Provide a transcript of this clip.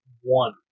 one